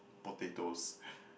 potatoes